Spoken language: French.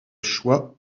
choix